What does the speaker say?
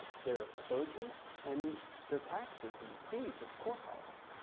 their clergy and their taxes and fees at the courthouse.